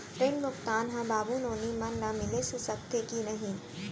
ऋण भुगतान ह बाबू नोनी मन ला मिलिस सकथे की नहीं?